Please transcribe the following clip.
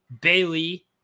Bailey